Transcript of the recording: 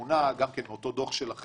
ברגע שזה מגיע אליה, בוודאי, זו הסמכות שלה